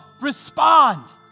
respond